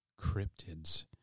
cryptids